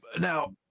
Now